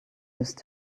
used